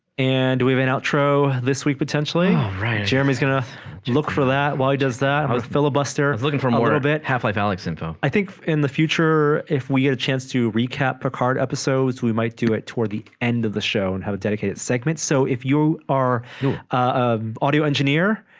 and do we been out tro this week potentially right jeremy's gonna look for that why does that i was filibuster looking for more a bit half-life alex info i think in the future if we had a chance to recap picard episodes we might do it toward the end of the show and have a dedicated segment so if you are a audio engineer